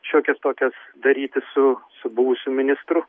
šiokias tokias daryti su su buvusiu ministru